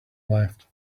left